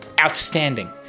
outstanding